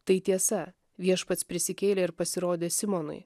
tai tiesa viešpats prisikėlė ir pasirodė simonui